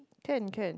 can can